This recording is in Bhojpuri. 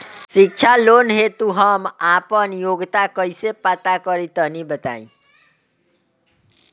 शिक्षा लोन हेतु हम आपन योग्यता कइसे पता करि तनि बताई?